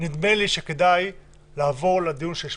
אחר כך אני חושב שכדאי לעבור לנושא הדיון,